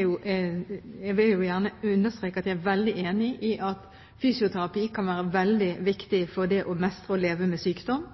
jo gjerne understreke at jeg er veldig enig i at fysioterapi kan være veldig viktig for det å mestre og leve med sykdom.